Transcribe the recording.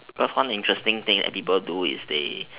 cause one interesting thing that people do is they